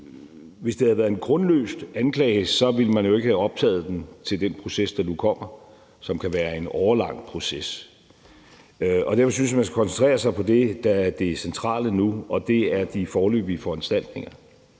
Hvis det havde været en grundløs anklage, ville man jo ikke have optaget den til den proces, der nu kommer, som kan være en årelang proces. Derfor synes jeg, at man skal koncentrere sig om det, der er det centrale nu, og det er de foreløbige foranstaltninger,